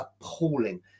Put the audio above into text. appalling